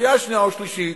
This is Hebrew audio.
שלקריאה שנייה ושלישית